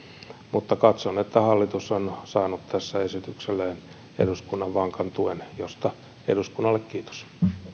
mutta katson että hallitus on saanut tässä esitykselleen eduskunnan vankan tuen josta eduskunnalle kiitos